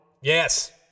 Yes